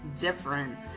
different